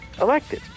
elected